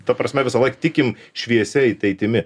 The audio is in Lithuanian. ta prasme visąlaik tikim šviesia eit eitimi